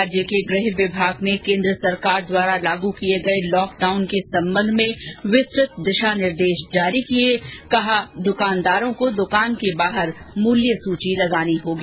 राज्य के गृह विभाग ने केन्द्र सरकार द्वारा लागू किये गये लॉकडाउन के संबंध में विस्तृत दिशा निर्देश जारी किए कहा दुकानदारों को दुकान के बाहर मूल्य सूची लगानी होगी